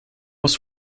was